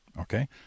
Okay